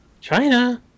China